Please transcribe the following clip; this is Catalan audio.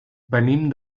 venim